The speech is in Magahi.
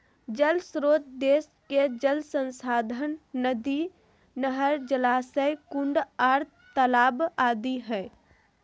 जल श्रोत देश के जल संसाधन नदी, नहर, जलाशय, कुंड आर तालाब आदि हई